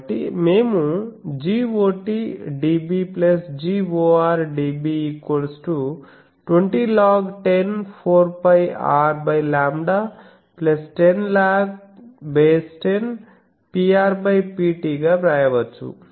కాబట్టి మేము dB dB 20log10 4πRλ10log10 Pr Pt గా వ్రాయవచ్చు